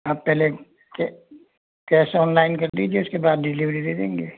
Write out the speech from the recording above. आप पहले cash online कर दीजिए उसके बाद डिलीवरी दे देंगे